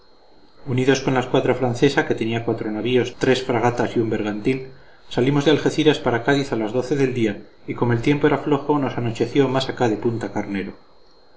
unidos con la escuadra francesa que tenía cuatro navíos tres fragatas y un bergantín salimos de algeciras para cádiz a las doce del día y como el tiempo era flojo nos anocheció más acá de punta carnero